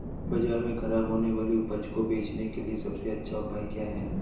बाज़ार में खराब होने वाली उपज को बेचने के लिए सबसे अच्छा उपाय क्या हैं?